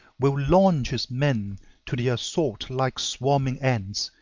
will launch his men to the assault like swarming ants,